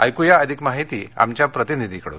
ऐक्या अधिक माहिती आमच्या प्रतिनिधीकडून